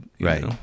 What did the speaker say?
Right